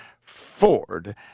Ford